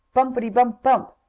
bumpity-bump-bump!